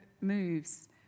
moves